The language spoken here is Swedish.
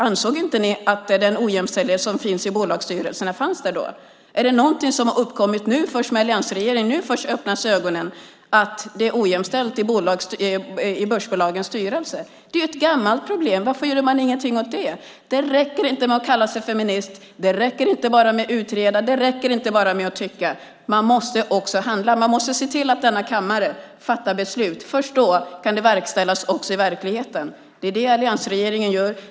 Ansåg inte ni att den ojämställdhet som finns i bolagsstyrelserna fanns där då? Är det något som har uppkommit nu först med alliansregeringen? Nu först öppnas ögonen för att det är ojämställt i börsbolagens styrelser. Det är ju ett gammalt problem. Varför gjorde man inget åt det? Det räcker inte att kalla sig feminist. Det räcker inte att utreda. Det räcker inte att bara tycka. Man måste också handla. Man måste se till att denna kammare fattar beslut. Först då kan det verkställas i verkligheten. Det är det alliansregeringen gör.